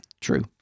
True